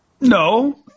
No